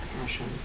passion